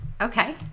okay